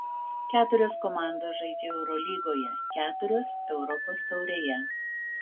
keturios komandos žaidžia eurolygoje keturios europos taurėje